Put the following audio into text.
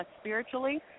spiritually